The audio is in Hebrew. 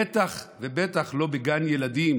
בטח ובטח לא בגן ילדים,